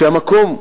שהמקום,